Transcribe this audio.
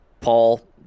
paul